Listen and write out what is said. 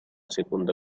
seconda